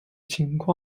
情况